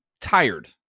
tired